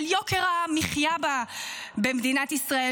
על יוקר המחיה במדינת ישראל,